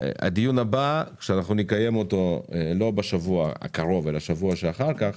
הדיון הבא שנקיים לא בשבוע הקרוב אלא בשבוע אחר כך